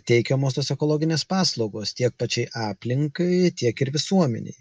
teikiamos tos ekologinės paslaugos tiek pačiai aplinkai tiek ir visuomenei